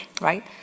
right